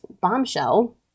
bombshell